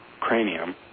cranium